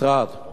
תודה רבה.